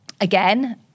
again